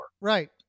right